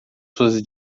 suas